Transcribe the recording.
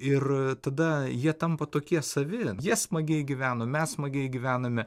ir tada jie tampa tokie savi jie smagiai gyveno mes smagiai gyvename